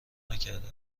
نکرده